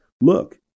Look